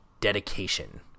dedication